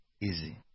easy